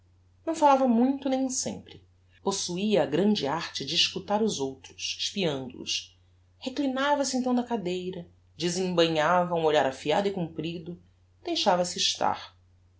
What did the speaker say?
não falava muito nem sempre possuia a grande arte de escutar os outros espiando os reclinava se então na cadeira desembainhava um olhar afiado e comprido e deixava-se estar